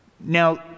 Now